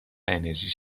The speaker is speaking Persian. انرژی